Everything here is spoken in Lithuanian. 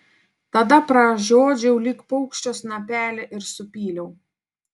tada pražiodžiau lyg paukščio snapelį ir supyliau